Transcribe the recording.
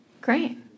Great